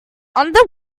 under